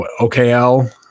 OKL